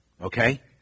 Okay